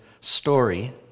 story